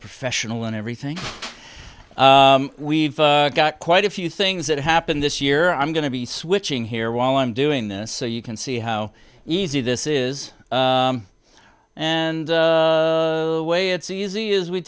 professional and everything we've got quite a few things that happen this year i'm going to be switching here while i'm doing this so you can see how easy this is and the way it's easy is we